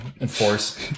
enforce